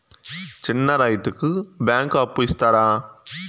చిన్న రైతుకు బ్యాంకు అప్పు ఇస్తారా?